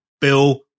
Bill